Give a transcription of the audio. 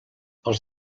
els